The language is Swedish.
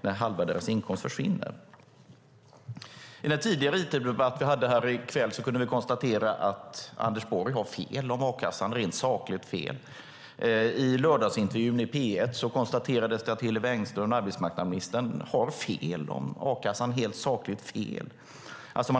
när halva deras inkomst försvinner. I en tidigare interpellationsdebatt i kväll kunde vi konstatera att Anders Borg har rent sakligt fel om a-kassan. I Lördagsintervjun i P1 konstaterades att arbetsmarknadsminister Hillevi Engström har rent sakligt fel om a-kassan.